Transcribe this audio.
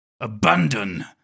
Abandon